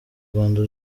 rwanda